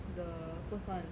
the first one